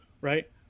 right